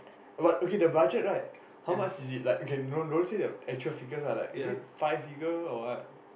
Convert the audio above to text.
but okay the budget right how much is it like okay don't don't say the actual figures ah like is it five figure or what